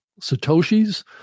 Satoshis